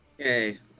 Okay